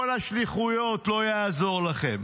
כל השליחויות, לא יעזור לכם.